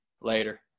Later